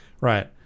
right